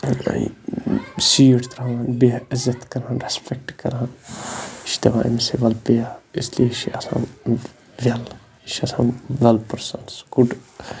seat ترٛاوان بیٚہہ عزت کران رٮ۪سپٮ۪کٹ کران یہِ چھِ دِپان أمس ہے وَلہٕ بیٚہہ اِسلیے چھِ یہِ آسان وٮ۪ل یہِ چھِ آسان وٮ۪ل پٔرسَنٕز گُڈ